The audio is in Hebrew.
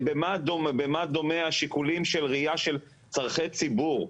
במה דומים השיקולים של ראייה של צורכי ציבור?